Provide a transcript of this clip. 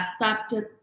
adapted